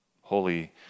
holy